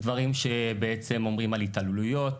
על דברים שבעצם אומרים על התעללויות,